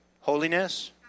holiness